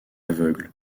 aveugle